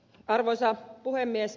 arvoisa puhemies